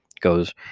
goes